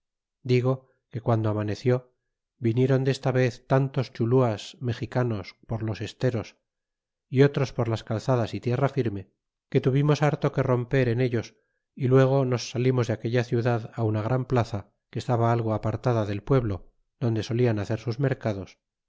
digo que guando amaneció vinieron desta vez tantos culchuas mexicanos por los esteros y otros por las calzadas y tierra firme que tuvimos harto que romper en ellos y luego nos salimos de aquella ciudad una gran plaza que estaba algo apartada del pueblo donde solian hacer sus mercados